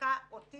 אין